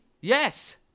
yes